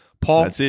Paul